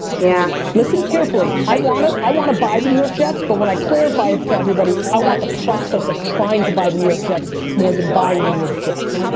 yeah. listen carefully. i wanna i wanna buy the new york jets, but when i clarify it to everybody, i want the process of trying to buy the new york jets more than buying the new york jets.